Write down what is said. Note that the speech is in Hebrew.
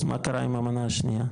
אז מה קרה עם המנה השנייה?